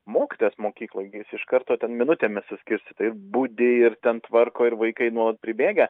mokytojas mokykloj gi jis iš karto ten minutėmis suskirstyta ir budi ir ten tvarko ir vaikai nuolat pribėgę